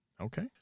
Okay